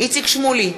איציק שמולי,